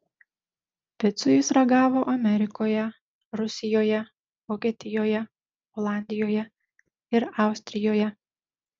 picų jis ragavo amerikoje rusijoje vokietijoje olandijoje ir austrijoje